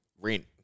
rent